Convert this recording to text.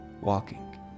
Walking